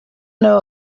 know